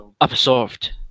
Absorbed